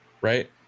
right